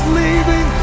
leaving